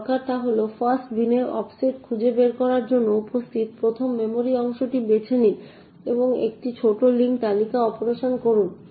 যা দরকার তা হল ফাস্ট বিনে অফসেট খুঁজে বের করার জন্য উপস্থিত ১ম মেমরির অংশটি বেছে নিন এবং একটি ছোট লিঙ্ক তালিকা অপারেশন করুন